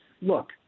Look